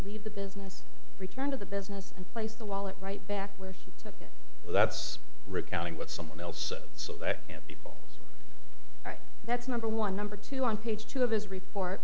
leave the business return to the business and place the wallet right back where he took it that's recounting what someone else said so that people are that's number one number two on page two of his report